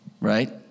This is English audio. right